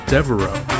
Devereaux